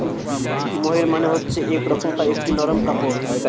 মোহের মানে হচ্ছে এক রকমকার একটি নরম কাপড়